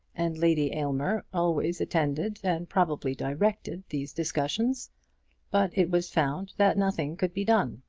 and lady aylmer always attended and probably directed these discussions but it was found that nothing could be done.